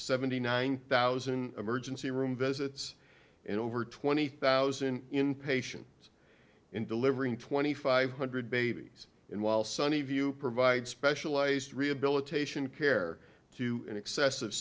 seventy nine thousand emergency room visits and over twenty thousand in patient in delivering twenty five hundred babies in while sunny view provides specialized rehabilitation care to an excess